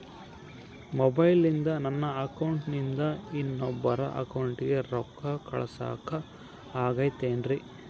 ಮೊಬೈಲಿಂದ ನನ್ನ ಅಕೌಂಟಿಂದ ಇನ್ನೊಬ್ಬರ ಅಕೌಂಟಿಗೆ ರೊಕ್ಕ ಕಳಸಾಕ ಆಗ್ತೈತ್ರಿ?